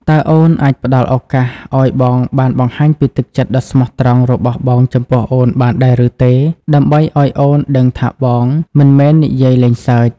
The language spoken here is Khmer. តើអូនអាចផ្តល់ឱកាសឱ្យបងបានបង្ហាញពីទឹកចិត្តដ៏ស្មោះត្រង់របស់បងចំពោះអូនបានដែរឬទេ ដើម្បីឱ្យអូនដឹងថាបងមិនមែននិយាយលេងសើច?